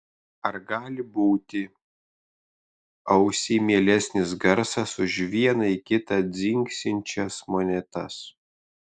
ar gali būti ausiai mielesnis garsas už viena į kitą dzingsinčias monetas